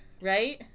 right